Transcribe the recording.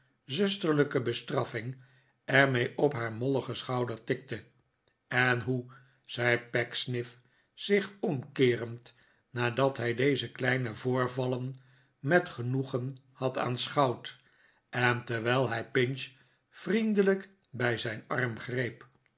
zusterlijke bestraffing er mee op haar molligen schouder tikte en hoe zei pecksniff zich omkeerend nadat hij deze kleine voorvallen met genoegen had aanschouwd en terwijl hij pinch vriendelijk bij zijn arm greep